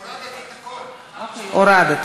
עמר בר-לב,